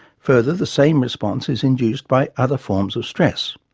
further, the same response is induced by other forms of stress.